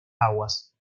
aguas